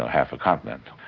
half a continent.